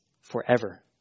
forever